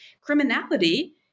criminality